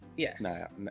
Yes